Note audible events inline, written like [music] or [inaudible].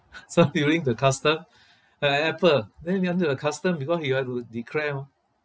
[laughs] so during the custom her apple then we under the custom because he had to declare mah